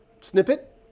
snippet